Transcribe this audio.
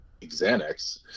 Xanax